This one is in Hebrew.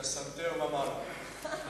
מהסנטר ומעלה.